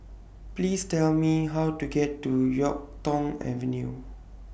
Please Tell Me How to get to Yuk Tong Avenue